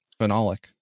phenolic